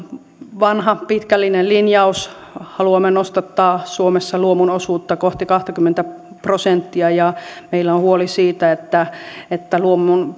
vanha pitkällinen linjaus haluamme nostattaa suomessa luomun osuutta kohti kahtakymmentä prosenttia ja meillä on huoli siitä että että luomun